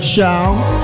Show